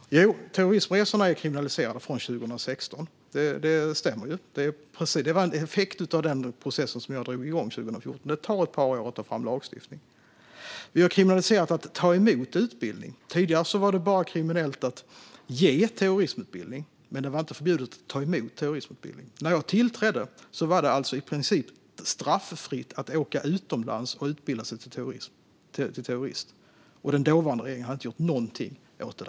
Terrorismresorna är kriminaliserade sedan 2016; det stämmer. Det var en effekt av den process som jag drog igång 2014. Det tar ett par år att ta fram lagstiftning. Vi har kriminaliserat att ta emot utbildning. Tidigare var det bara kriminellt att ge terrorismutbildning; det var inte förbjudet att ta emot den. När jag tillträdde var det alltså i princip straffritt att åka utomlands och utbilda sig till terrorist, och den dåvarande regeringen hade inte gjort någonting åt det.